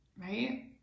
Right